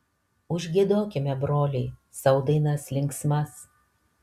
užgiedokime broliai sau dainas linksmas